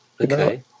Okay